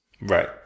Right